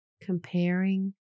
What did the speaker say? comparing